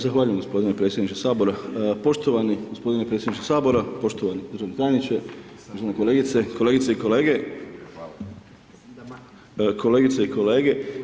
Zahvaljujem gospodine predsjedniče Sabora, poštovani gospodine predsjedniče Sabora, poštovani državni tajniče, poštovane kolegice, kolegice i kolege.